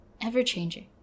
ever-changing